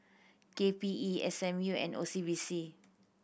K P E S M U and O C B C